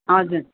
हजुर